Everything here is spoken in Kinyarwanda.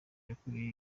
yakoreye